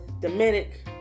Dominic